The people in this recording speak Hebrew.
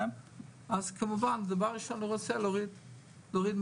אז כמובן דבר ראשון הוא רוצה להוריד מחירים,